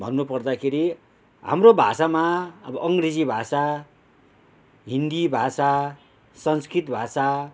भन्नु पर्दाखेरि हाम्रो भाषामा अब अङ्ग्रेजी भाषा हिन्दी भाषा संस्कृत भाषा